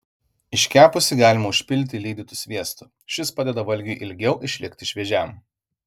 iškepusį galima užpilti lydytu sviestu šis padeda valgiui ilgiau išlikti šviežiam